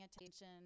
attention